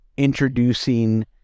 introducing